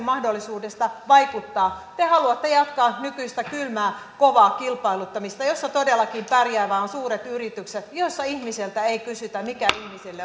mahdollisuudesta vaikuttaa te haluatte jatkaa nykyistä kylmää kovaa kilpailuttamista jossa todellakin pärjäävät vain suuret yritykset joissa ihmiseltä ei kysytä mikä ihmiselle